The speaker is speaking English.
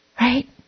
right